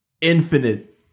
infinite